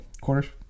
Quarters